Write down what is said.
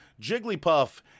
Jigglypuff